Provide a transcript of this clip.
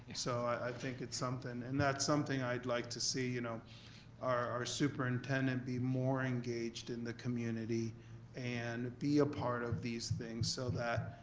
so i think it's something. and that's something i'd like to see, you know our superintendent be more engaged in the community and be a part of these things so that,